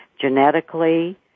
genetically